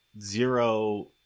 zero